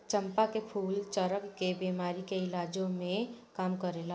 चंपा के फूल चरक के बेमारी के इलाजो में काम करेला